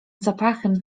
zapachem